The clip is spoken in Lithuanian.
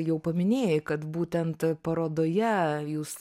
jau paminėjai kad būtent parodoje jūs